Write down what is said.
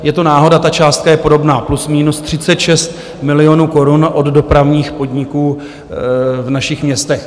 Je to náhoda, ta částka je podobná: plus minus 36 milionů korun od dopravních podniků v našich městech.